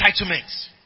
entitlements